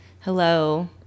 Hello